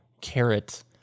carrot